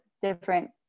different